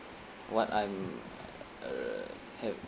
what I'm uh err have